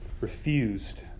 refused